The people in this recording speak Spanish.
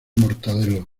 mortadelo